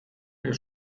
wir